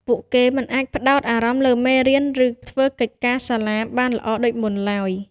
ពួកគេមិនអាចផ្តោតអារម្មណ៍លើមេរៀន ឬធ្វើកិច្ចការសាលាបានល្អដូចមុនឡើយ។